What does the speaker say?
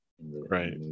right